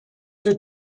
would